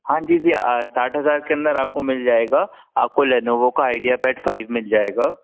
हाँ जी जी साठ हज़ार के अंदर आपको मिल जाएगा आपको लेनेवो का आईडियापेड फ़ाइव मिल जाएगा